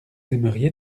aimeriez